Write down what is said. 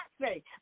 say